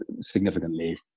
significantly